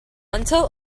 until